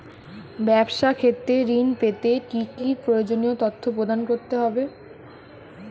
ব্যাবসা ক্ষেত্রে ঋণ পেতে কি কি প্রয়োজনীয় তথ্য প্রদান করতে হবে?